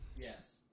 Yes